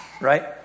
right